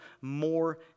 more